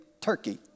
Turkey